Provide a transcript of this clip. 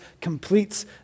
completes